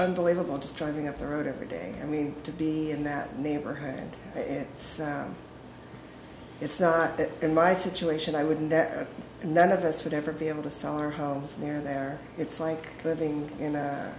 unbelievable just driving up the road every day i mean to be in that neighborhood and it's it's not in my situation i wouldn't and none of us would ever be able to sell our homes there it's like living in